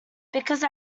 because